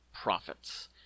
profits